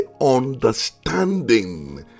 understanding